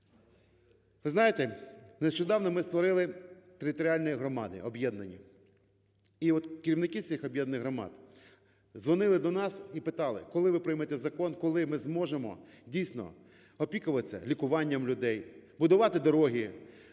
Ви знаєте, нещодавно ми створили територіальні громади об'єднані. І от керівники цих об'єднаних громад дзвонили до нас і питали: коли ви приймете закон, коли ми зможемо, дійсно, опікуватися лікуванням людей, будувати дороги,